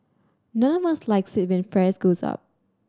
none of us likes it when fries goes up